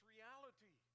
reality